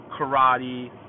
karate